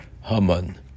Haman